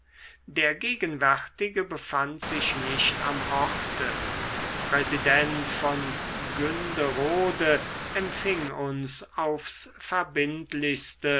der gegenwärtige befand sich nicht am orte präsident von günderode empfing uns aufs verbindlichste